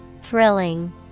Thrilling